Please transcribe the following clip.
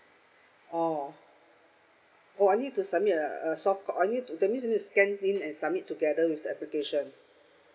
oh oh I need to submit a a soft I need to that's mean I need to scan in and submit together with the application